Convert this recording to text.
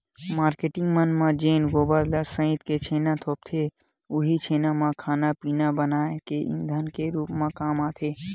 marketing मन जेन गोबर ल सइत के छेना थोपथे उहीं छेना ह खाना पिना बनाए के ईधन के रुप म काम आथे